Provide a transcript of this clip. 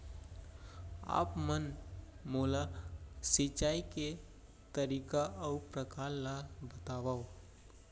आप मन मोला सिंचाई के तरीका अऊ प्रकार ल बतावव?